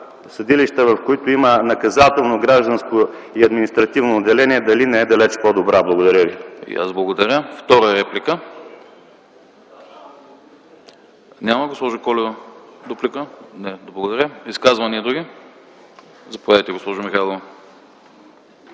съдилища, в които има наказателно, гражданско и административно отделение, не е далече по-добра. Благодаря.